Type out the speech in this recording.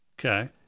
okay